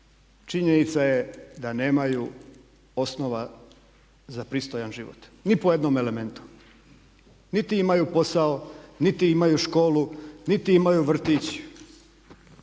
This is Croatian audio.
Činjenica je da nemaju osnova za pristojan život ni po jednom elementu. Niti imaju posao, niti imaju školu, niti imaju vrtić.